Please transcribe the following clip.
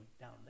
down